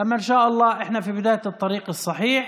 היא החלישה את החוק.